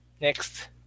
Next